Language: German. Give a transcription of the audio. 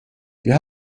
wir